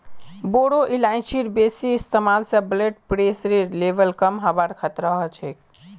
बोरो इलायचीर बेसी इस्तमाल स ब्लड प्रेशरेर लेवल कम हबार खतरा ह छेक